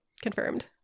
confirmed